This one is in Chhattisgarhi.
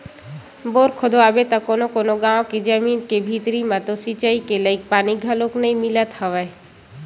बोर खोदवाबे त कोनो कोनो गाँव के जमीन के भीतरी म तो सिचई के लईक पानी घलोक नइ मिलत हवय